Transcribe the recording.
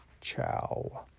Ciao